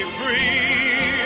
free